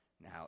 Now